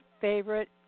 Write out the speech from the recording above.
favorite